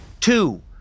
two